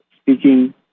speaking